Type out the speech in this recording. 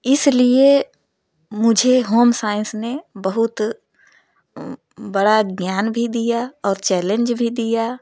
इसलिए मुझे होमसाइंस ने बहुत बड़ा ज्ञान भी दिया और चैलेंज भी दिया